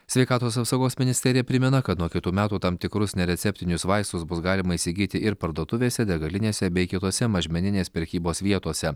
sveikatos apsaugos ministerija primena kad nuo kitų metų tam tikrus nereceptinius vaistus bus galima įsigyti ir parduotuvėse degalinėse bei kitose mažmeninės prekybos vietose